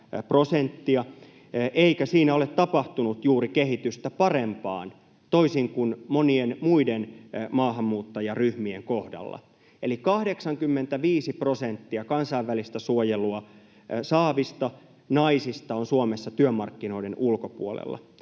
eikä siinä ole tapahtunut juuri kehitystä parempaan, toisin kuin monien muiden maahanmuuttajaryhmien kohdalla. Eli 85 prosenttia kansainvälistä suojelua saavista naisista on Suomessa työmarkkinoiden ulkopuolella.